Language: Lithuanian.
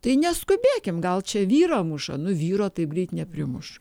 tai neskubėkim gal čia vyrą muša nu vyro taip greit neprimuš